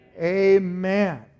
Amen